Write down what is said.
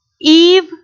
Eve